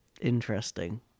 interesting